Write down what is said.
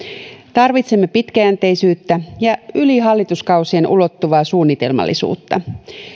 tarvitsemme pitkäjänteisyyttä ja yli hallituskausien ulottuvaa suunnitelmallisuutta